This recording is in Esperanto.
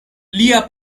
lia